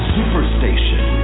Superstation